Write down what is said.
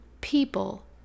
people